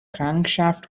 crankshaft